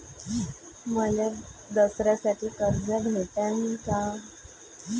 मले दसऱ्यासाठी कर्ज भेटन का?